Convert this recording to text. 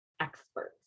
experts